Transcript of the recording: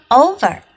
over